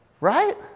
Right